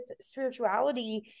spirituality